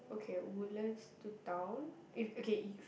okay Woodlands to town if okay if